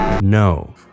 No